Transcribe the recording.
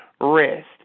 rest